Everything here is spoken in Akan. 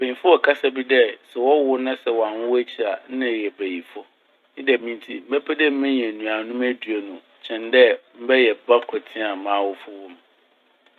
Mpanyimfo wɔ kasa bi dɛ sɛ wɔwo wo na sɛ wɔannwo w'ekyir a na eyɛ bayifo. Ne dɛm ntsi mɛpɛ dɛ menya enuanom eduonu kyɛn dɛ mɛyɛ ba kortsee a m'awofo woo m'.